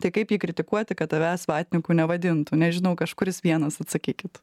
tai kaip jį kritikuoti kad tavęs vatniku nevadintų nežinau kažkuris vienas atsakykit